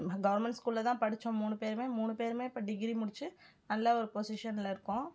நாங்கள் கவர்மெண்ட் ஸ்கூலில் தான் படித்தோம் மூணு பேரும் மூணு பேரும் இப்போ டிகிரி முடித்து நல்ல ஒரு பொசிஷனில் இருக்கோம்